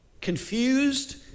Confused